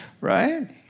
right